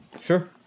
Sure